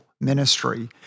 ministry